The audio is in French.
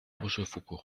rochefoucauld